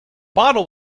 bottle